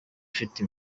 ifite